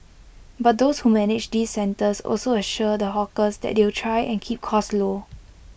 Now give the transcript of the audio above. but those who manage these centres also assure the hawkers that they'll try and keep costs low